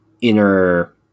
inner